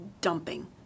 dumping